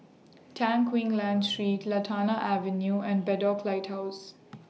Tan Quee Lan Street Lantana Avenue and Bedok Lighthouse